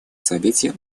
совете